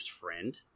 friend